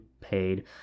paid